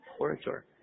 orator